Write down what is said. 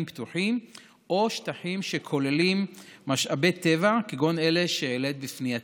פתוחים או שטחים שכוללים משאבי טבע כגון אלו שהעלית בפנייתך.